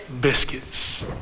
biscuits